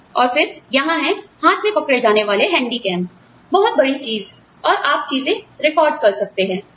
और फिर यहां हैं हाथ में पकड़े जाने वाले हैंडीकैम बहुत बड़ी चीज और आप चीजें रिकॉर्ड कर सकते हैं